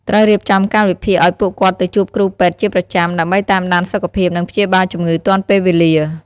ត្រូវរៀបចំកាលវិភាគឱ្យពួកគាត់ទៅជួបគ្រូពេទ្យជាប្រចាំ ដើម្បីតាមដានសុខភាព និងព្យាបាលជំងឺទាន់ពេលវេលា។